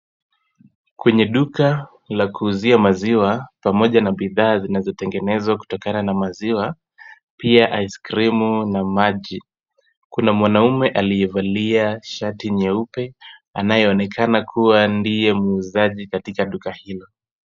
Kwenye duka la kuuzia maziwa pamoja na bidhaa zinazotengenezwa kutokana na maziwa, pia ice cream na maji. Kuna mwanamume aliyevalia shati nyeupe anayeonekana kuwa ndiye muuzaji katika duka hilo.